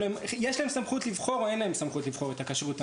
יש להם סמכות לבחור או אין להם סמכות לבחור את הכשרות?